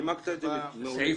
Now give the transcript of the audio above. נימקת את זה יפה.